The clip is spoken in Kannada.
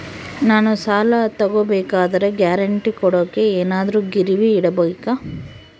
ನಾನು ಸಾಲ ತಗೋಬೇಕಾದರೆ ಗ್ಯಾರಂಟಿ ಕೊಡೋಕೆ ಏನಾದ್ರೂ ಗಿರಿವಿ ಇಡಬೇಕಾ?